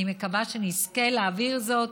אני מקווה שנזכה להעביר זאת.